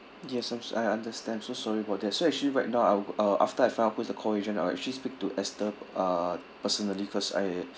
yes I'm s~ I understand so sorry about that so actually right now I'll uh after I find out who's the call agent I'll actually speak to esther uh personally cause I